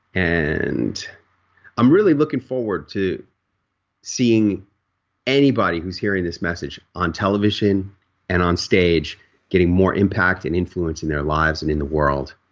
and i'm really looking forward to seeing anybody who's hearing this message on television and on stage getting more impact and influence in their lives and in the world.